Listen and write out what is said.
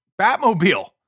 Batmobile